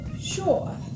Sure